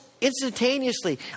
instantaneously